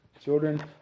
children